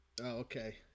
Okay